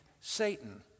Satan